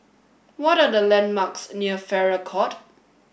what are the landmarks near Farrer Court